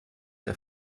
der